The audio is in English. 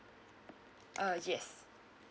uh yes